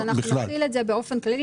אז אנחנו נחיל את זה באופן כללי,